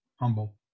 humble